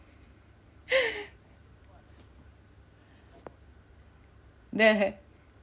there have